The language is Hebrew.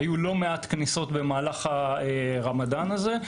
היו לא מעט כניסות במהלך הרמדאן הזה.